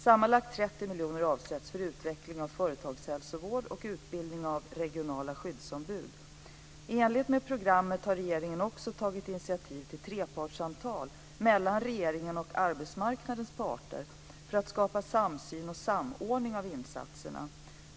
Sammanlagt 30 miljoner avsätts för utveckling av företagshälsovård och utbildning av regionala skyddsombud. I enlighet med programmet har regeringen också tagit initiativ till trepartssamtal mellan regeringen och arbetsmarknadens parter för att skapa samsyn och samordning av insatserna.